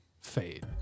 fade